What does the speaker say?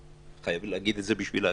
כן, חייבים להגיד את זה בשביל ההגינות.